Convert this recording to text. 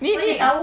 ni ni